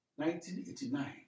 1989